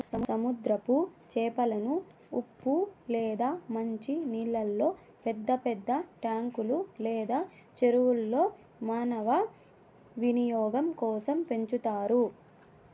సముద్రపు చేపలను ఉప్పు లేదా మంచి నీళ్ళల్లో పెద్ద పెద్ద ట్యాంకులు లేదా చెరువుల్లో మానవ వినియోగం కోసం పెంచుతారు